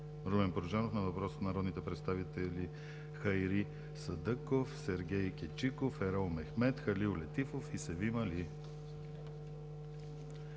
Румен Порожанов на въпрос от народните представители Хайри Садъков, Сергей Кичиков, Ерол Мехмед, Халил Летифов и Севим Али;